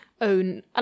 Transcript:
own